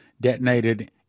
detonated